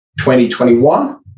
2021